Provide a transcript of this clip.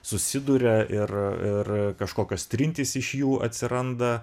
susiduria ir ir kažkokios trintys iš jų atsiranda